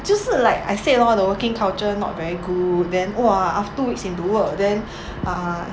就是 like I said lor the working culture not very good then !wah! after two weeks into work then uh